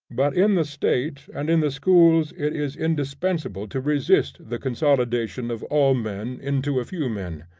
but in the state and in the schools it is indispensable to resist the consolidation of all men into a few men.